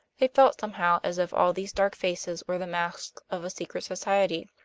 they felt somehow as if all these dark faces were the masks of a secret society.